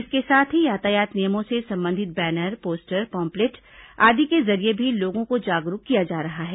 इसके साथ ही यातायात नियमों से संबंधित बैनर पोस्टर पॉम्पलेट आदि के जरिये भी लोगों को जागरूक किया जा रहा है